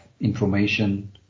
information